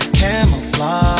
camouflage